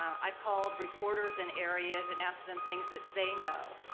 i've called reporters in areas and asked them things that they know.